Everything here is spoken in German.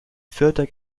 vierter